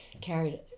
carried